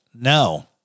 No